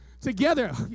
together